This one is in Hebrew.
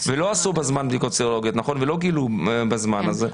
ולא עשו בזמן בדיקות סרולוגיות ולא גילו בזמן הזה.